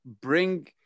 bring